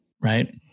Right